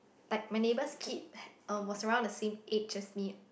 like my neighbours kid uh was around the same age as me